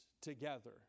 together